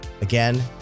Again